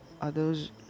others